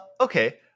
Okay